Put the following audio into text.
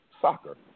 soccer